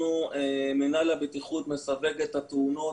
מינהל הבטיחות מספק את התאונות.